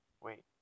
Wait